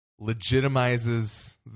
legitimizes